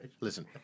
Listen